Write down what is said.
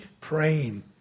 praying